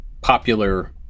popular